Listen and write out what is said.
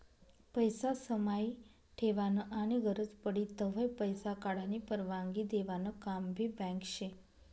पैसा समाई ठेवानं आनी गरज पडी तव्हय पैसा काढानी परवानगी देवानं काम भी बँक शे